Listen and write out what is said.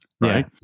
right